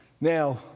Now